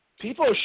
people